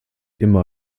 immer